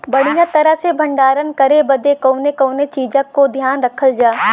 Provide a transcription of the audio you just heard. बढ़ियां तरह से भण्डारण करे बदे कवने कवने चीज़ को ध्यान रखल जा?